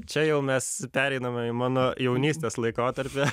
čia jau mes pereinam į mano jaunystės laikotarpį